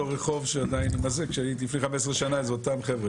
אותו רחוב שאני הייתי לפני 15 שנה זה אותם חבר'ה.